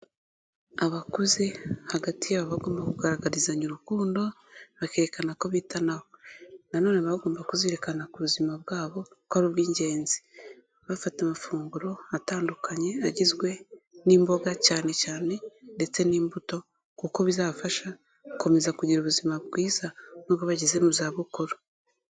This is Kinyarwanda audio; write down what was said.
Abakuze hagati yabo bagomba kugaragarizanya urukundo bakerekana ko bitanaho. Nanone bagomba kuzirikana ku buzima bwabo ko ari ubw'ingenzi, bafata amafunguro atandukanye agizwe n'imboga cyane cyane ndetse n'imbuto kuko bizabafasha gukomeza kugira ubuzima bwiza nubwo bageze mu zabukuru.